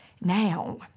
now